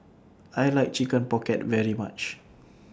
I like Chicken Pocket very much